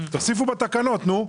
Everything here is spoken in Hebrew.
תוסיפו בתקנות, נו.